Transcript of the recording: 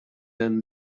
than